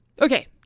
Okay